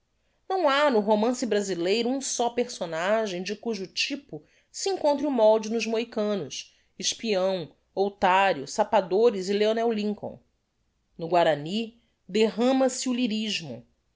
não ha no romance brasileiro um só personagem de cujo typo se encontre o molde nos mohicanos espião outario sapadores e leonel lincoln no guarany derrama se o lirismo